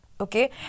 Okay